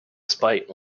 spite